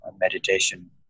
meditation